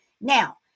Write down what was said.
Now